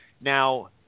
Now